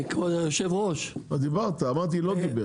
כבוד היושב ראש -- דיברת, אמרתי לא דיבר.